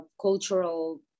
cultural